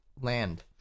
land